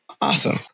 awesome